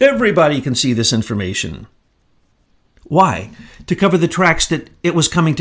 everybody can see this information why to cover the tracks that it was coming